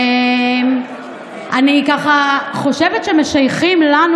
אני ככה חושבת שמשייכים לנו,